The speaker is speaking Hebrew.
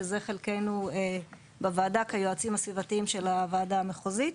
שזה חלקנו בוועדה כיועצים הסביבתיים של הוועדה המחוזית.